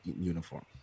uniform